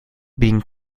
being